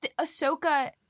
Ahsoka